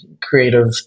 creative